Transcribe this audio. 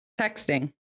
Texting